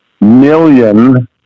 million